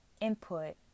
input